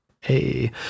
hey